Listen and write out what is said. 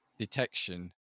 detection